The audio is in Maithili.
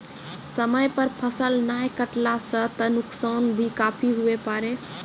समय पर फसल नाय कटला सॅ त नुकसान भी काफी हुए पारै